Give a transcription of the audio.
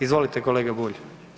Izvolite kolega Bulj.